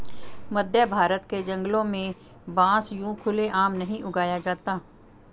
मध्यभारत के जंगलों में बांस यूं खुले आम नहीं उगाया जाता